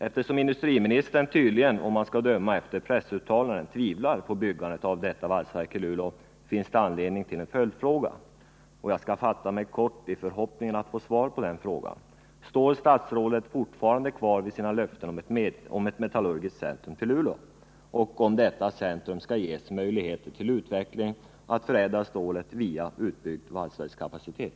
Eftersom industriministern tydligen, om man skall döma efter pressuttalanden, tvivlar på byggandet av detta valsverk i Luleå, finns det anledning till en följdfråga, och jag skall fatta mig kort i förhoppningen att få svar på frågan: Står statsrådet fortfarande kvar vid sina löften om ett metallurgiskt centrum i Luleå och att detta centrum skall ges möjlighet till utveckling av en metod att förädla stål via utbyggd valsverkskapacitet?